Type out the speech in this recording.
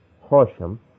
Horsham